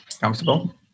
Comfortable